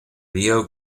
rio